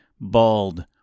bald